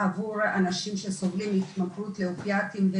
עבור אנשים שסובלים מהתמכרות לאופיאטים,